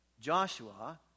Joshua